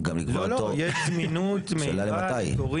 השאלה למתי.